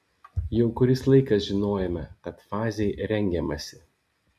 jau kuris laikas žinojome kad fazei rengiamasi